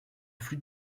flux